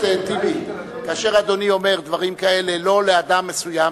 טיבי, כאשר אדוני אומר דברים כאלה לא לאדם מסוים,